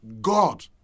God